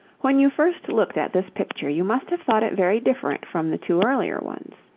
when you first looked at this picture you must have thought it very different from the two earlier ones.